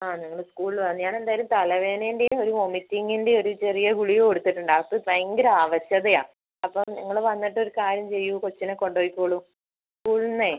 ആ നിങ്ങൾ സ്കൂളിൽ വാ ഞാനെന്തായാലും തലവേദനേന്റെയും ഒരു വൊമിറ്റിങ്ങിന്റെയും ഒരു ചെറിയ ഗുളിക കൊടുത്തിട്ടുണ്ട് അവൾക്ക് ഭയങ്കര അവശതയാണ് അപ്പം നിങ്ങൾ വന്നിട്ട് ഒരു കാര്യം ചെയ്യൂ കൊച്ചിനെ കൊണ്ട് പോയിക്കോളൂ സ്കൂളിൽ നിന്നേ